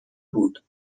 بود